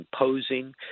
imposing